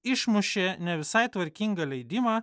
išmušė ne visai tvarkingą leidimą